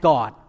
God